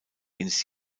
ins